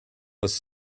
was